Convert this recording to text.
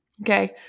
okay